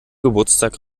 geburtstag